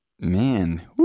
Man